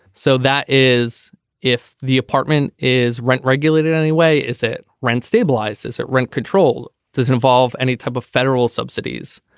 so that is if the apartment is rent regulated any way is it rent stabilized. is it rent controlled. does it involve any type of federal subsidies.